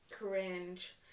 cringe